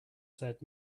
said